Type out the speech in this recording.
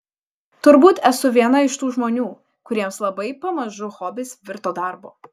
turbūt esu viena iš tų žmonių kuriems labai pamažu hobis virto darbu